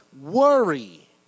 worry